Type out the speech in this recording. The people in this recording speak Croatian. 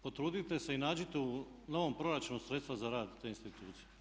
Potrudite se i nađite u novom proračunu sredstva za rad te institucije.